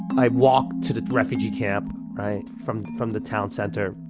i walked to the refugee camp, right, from from the town center.